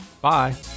Bye